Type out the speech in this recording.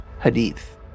Hadith